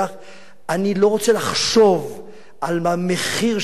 אני לא רוצה לחשוב על המחיר של הדחייה הזאת.